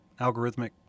algorithmic